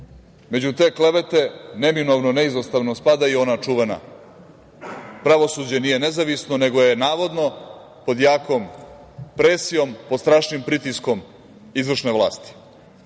te klevete neminovno, neizostavno spada i ona čuvena – pravosuđe nije nezavisno, nego je navodno pod jakom presijom, pod strašnim pritiskom izvršne vlasti.